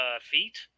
feet